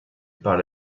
par